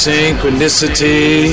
Synchronicity